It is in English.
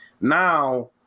now